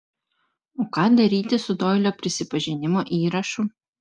o ką daryti su doilio prisipažinimo įrašu